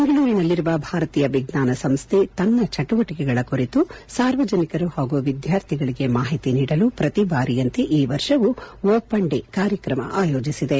ಬೆಂಗಳೂರಿನಲ್ಲಿರುವ ಭಾರತೀಯ ವಿಜ್ವಾನ ಸಂಸ್ಥೆ ತನ್ನ ಚಟುವಟಿಕೆಗಳ ಕುರಿತು ಸಾರ್ವಜನಿಕರು ಹಾಗೂ ವಿದ್ಯಾರ್ಥಿಗಳಿಗೆ ಮಾಹಿತಿ ನೀಡಲು ಪ್ರತಿ ಬಾರಿಯಂತೆ ಈ ವರ್ಷವೂ ಓಪನ್ ಡೇ ಕಾರ್ಯಕ್ರಮ ಆಯೋಜಿಸಿದೆ